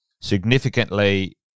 significantly